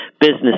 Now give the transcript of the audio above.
business